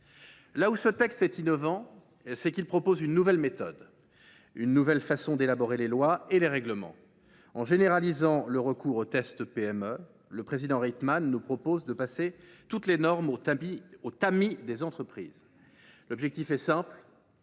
Sénat. Ce texte innove en ce qu’il propose une nouvelle méthode, une nouvelle façon d’élaborer les lois et les règlements. En généralisant le recours aux « tests PME », le président Rietmann nous propose de passer toutes les normes au tamis des entreprises. L’objectif est simple